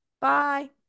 Bye